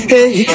Hey